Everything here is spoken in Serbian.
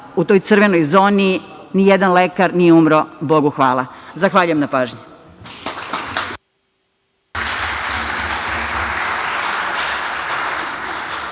u toj crvenoj zoni, ni jedan lekar nije umro, Bogu hvala. Zahvaljujem na pažnji.